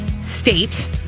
state